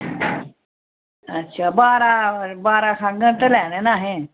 अच्छा बारे खाङन ते लैना असें मैंहगे होङन फिर नेईं असें लैना